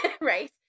Right